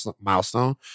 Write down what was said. milestone